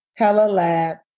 Telelab